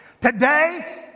Today